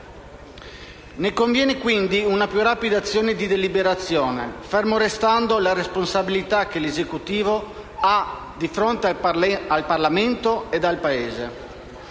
Ne consegue, quindi, una più rapida azione di deliberazione, fermo restando la responsabilità che l'Esecutivo ha di fronte al Parlamento ed al Paese.